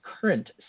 current